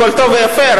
בוקר טוב.